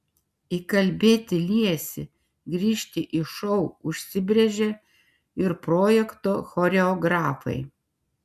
įkalbėti liesį grįžti į šou užsibrėžė ir projekto choreografai